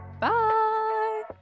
Bye